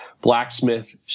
blacksmith